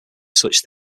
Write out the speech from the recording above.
such